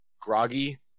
groggy